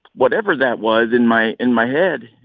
whatever that was in my in my head,